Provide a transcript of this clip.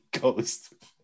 Ghost